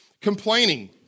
Complaining